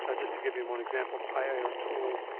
ah just to give you one example, piartool-al